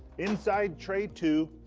inside tray two,